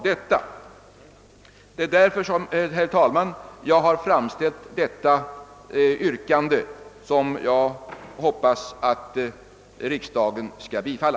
Det är därför, herr talman, som jag framställt detta yrkande som jag hoppas att riksdagen skall bifalla.